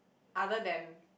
other than